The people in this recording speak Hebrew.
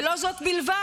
ולא זו בלבד,